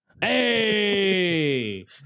hey